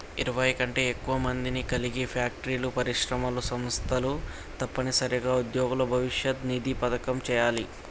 ఇరవై కంటే ఎక్కువ మందిని కలిగి ఫ్యాక్టరీలు పరిశ్రమలు సంస్థలు తప్పనిసరిగా ఉద్యోగుల భవిష్యత్ నిధి పథకంలో చేయాలి